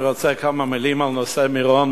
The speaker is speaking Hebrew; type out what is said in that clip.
אני רוצה לומר כמה מלים על נושא מירון.